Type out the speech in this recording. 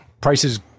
Prices